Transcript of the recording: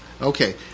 Okay